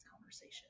conversation